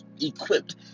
equipped